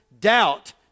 Doubt